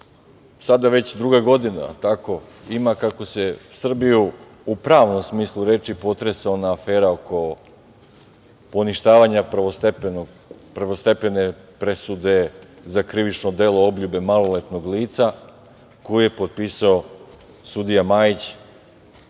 Sada već druga godina ima kako Srbiju u pravom smislu reči potresa ona afera oko poništavanja prvostepene presude za krivično delo obljube maloletnog lica koju je potpisao sudija Majić,